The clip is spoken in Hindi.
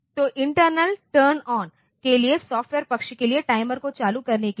तो इंटरनल टर्न ऑन के लिए सॉफ़्टवेयर पक्ष के लिए टाइमर को चालू करने के लिए